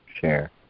share